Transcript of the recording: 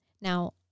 Now